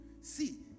See